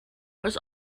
was